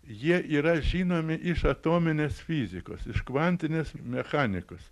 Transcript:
jie yra žinomi iš atominės fizikos iš kvantinės mechanikos